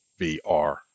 VR